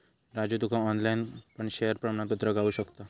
राजू तुका ऑनलाईन पण शेयर प्रमाणपत्र गावु शकता